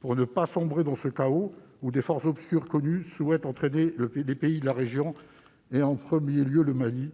Pour ne pas sombrer dans ce chaos où des forces obscures connues souhaitent entraîner les pays de la région, en premier lieu le Mali,